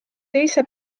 teise